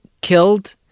killed